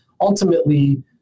ultimately